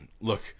look